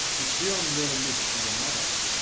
if creon learn this from another,